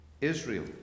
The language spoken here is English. Israel